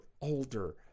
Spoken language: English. older